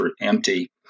empty